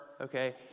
okay